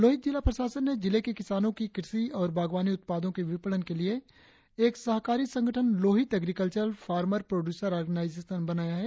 लोहित जिला प्रशासन ने जिले के किसानों की कृषि और बागवानी उत्पादों के विपणन के लिए एक सहकारी संगठन Lohit agricultural farmer producer organisation बनाया है